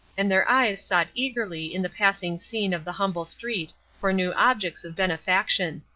and their eyes sought eagerly in the passing scene of the humble street for new objects of benefaction.